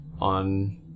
on